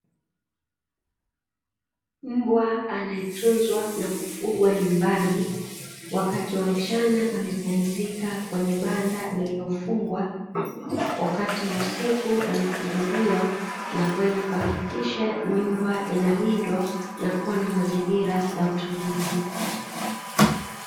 Mbwa anayetunzwa na kufungwa nyumbani, wakati wa mchana amepumzika kwenye banda liliofungwa, wakati wa usiku anafunguliwa na kwenda kuhakikisha nyumba inalindwa na kuwa na mazingira ya utulivu.